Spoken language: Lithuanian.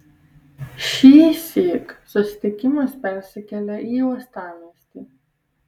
šįsyk susitikimas persikelia į uostamiestį